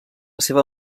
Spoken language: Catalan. seva